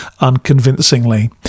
unconvincingly